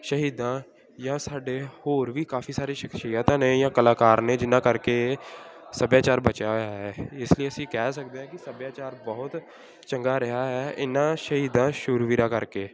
ਸ਼ਹੀਦਾਂ ਜਾਂ ਸਾਡੇ ਹੋਰ ਵੀ ਕਾਫੀ ਸਾਰੇ ਸ਼ਖਸ਼ੀਅਤਾਂ ਨੇ ਜਾਂ ਕਲਾਕਾਰ ਨੇ ਜਿਹਨਾਂ ਕਰਕੇ ਸੱਭਿਆਚਾਰ ਬਚਿਆ ਹੋਇਆ ਹੈ ਇਸ ਲਈ ਅਸੀਂ ਕਹਿ ਸਕਦੇ ਹਾਂ ਕਿ ਸੱਭਿਆਚਾਰ ਬਹੁਤ ਚੰਗਾ ਰਿਹਾ ਹੈ ਇਹਨਾਂ ਸ਼ਹੀਦਾਂ ਸੂਰਵੀਰਾਂ ਕਰਕੇ